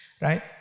right